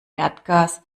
erdgas